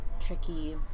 tricky